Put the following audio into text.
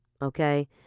Okay